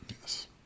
Yes